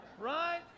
right